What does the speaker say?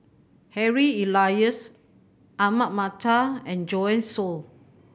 Harry Elias Ahmad Mattar and Joanne Soo